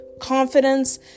confidence